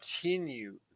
continue